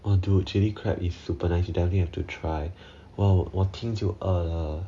!wah! dude chili crab is super nice you definitely have to try well 我听就饿了